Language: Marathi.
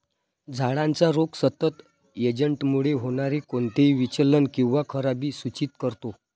झाडाचा रोग सतत एजंटमुळे होणारे कोणतेही विचलन किंवा खराबी सूचित करतो